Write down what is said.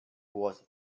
was